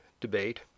debate